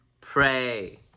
Pray